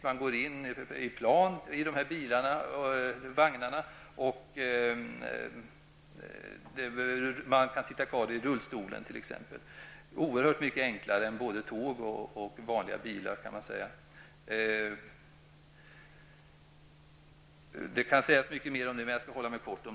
Man går in i vagnarna i plan, och det är möjligt att sitta kvar i rullstolen. Det är oerhört mycket enklare än både tåg och vanliga bilar. Mycket mer skulle kunna sägas, men jag skall hålla mig kort.